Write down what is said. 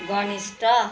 घनिष्ट